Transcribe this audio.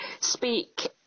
speak